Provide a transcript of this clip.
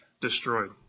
destroyed